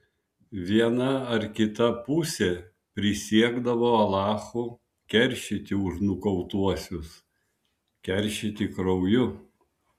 viena ar kita pusė prisiekdavo alachu keršyti už nukautuosius keršyti krauju